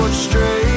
straight